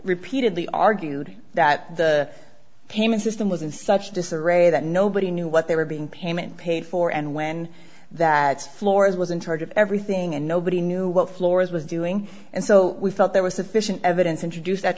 repeated the argued that the payment system was in such disarray that nobody knew what they were being payment paid for and when that flores was in charge of everything and nobody knew what flores was doing and so we thought there was sufficient evidence introduced